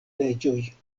leĝoj